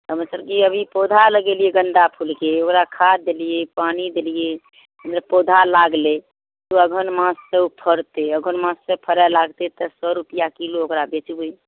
तऽ मतलब कि अभी पौधा लगेलियै गेंदा फूलके ओकरा खाद देलियै पानि देलियै मतलब पौधा लागलै अगहन माससँ ओ फड़तै अगहन माससँ फड़ै लागतै तऽ सए रुपआ किलो ओकरा बेचबै